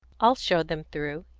i'll show them through,